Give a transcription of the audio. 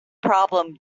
problem